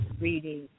reading